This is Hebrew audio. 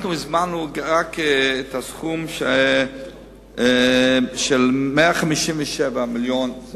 אנחנו הזמנו רק בסכום של 157 מיליון.